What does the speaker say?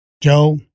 Joe